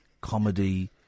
comedy